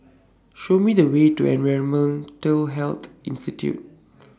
Show Me The Way to Environmental Health Institute